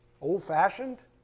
old-fashioned